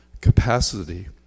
capacity